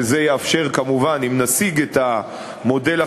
וזה יאפשר, כמובן, אם נשיג את המודל החדש,